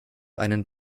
einen